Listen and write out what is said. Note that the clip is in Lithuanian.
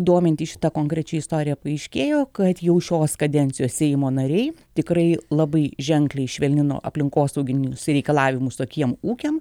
domintis šita konkrečia istorija paaiškėjo kad jau šios kadencijos seimo nariai tikrai labai ženkliai švelnino aplinkosauginius reikalavimus tokiem ūkiam